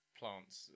plants